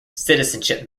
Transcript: citizenship